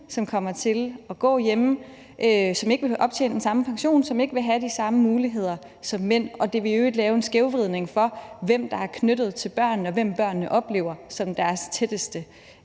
som kommer til at gå hjemme, som ikke vil optjene den samme pension, og som ikke vil have de samme muligheder som mænd, og det vil i øvrigt lave en skævvridning, i forhold til hvem der er knyttet til børnene, og hvem børnene oplever som deres tætteste